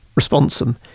responsum